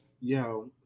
Yo